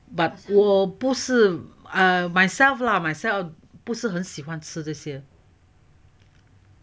我不是 uh myself lah myself 不是很喜欢吃这些